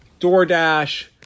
DoorDash